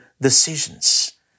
decisions